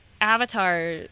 Avatar